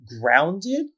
grounded